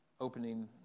opening